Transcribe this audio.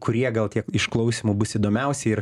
kurie gal tie išklausymų bus įdomiausi ir